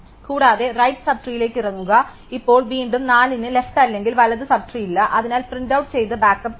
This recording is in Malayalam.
കൂടാതെ റൈറ്റ് സബ് ട്രീലേക്ക് ഇറങ്ങുക ഇപ്പോൾ വീണ്ടും 4 ന് ലെഫ്റ് അല്ലെങ്കിൽ വലത് സബ് ട്രീ ഇല്ല അതിനാൽ പ്രിന്റ്ഔട്ട് ചെയ്ത് ബാക്കപ്പ് ചെയ്യും